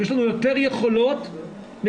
יש לנו יותר יכולות מהמצב,